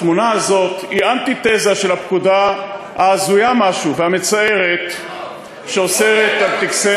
התמונה הזאת היא אנטיתזה של התמונה ההזויה משהו והמצערת שאוסרת טקסי,